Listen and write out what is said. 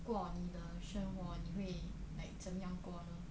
过你的生活你会 like 怎么样过呢